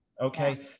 okay